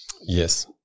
Yes